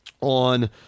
on